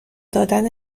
دادن